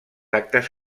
actes